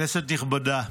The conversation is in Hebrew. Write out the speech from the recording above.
כנסת נכבדה,